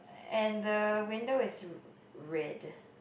and the window is red